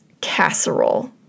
casserole